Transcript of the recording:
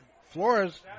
Flores